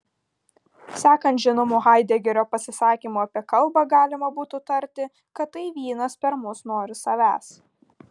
sekant žinomu haidegerio pasisakymu apie kalbą galima būtų tarti kad tai vynas per mus nori savęs